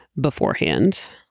beforehand